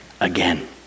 again